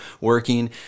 working